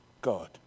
God